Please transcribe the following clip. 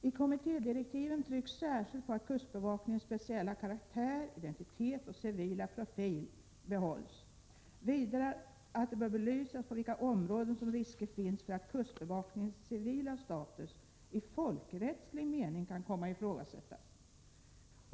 I kommittédirektiven trycks särskilt på att kustbevakningens speciella karaktär, identitet och civila profil behålls. Vidare framhålls att man bör belysa på vilka områden det finns risker för att kustbevakningens civila status i folkrättslig mening kan komma att ifrågasättas.